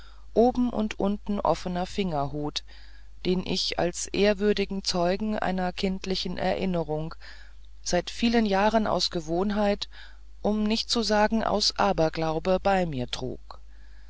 oben und unten offener fingerhut den ich als ehrwürdigen zeugen einer kindlichen erinnerung seit vielen jahren aus gewohnheit um nicht zu sagen aus aberglauben immer bei mir trug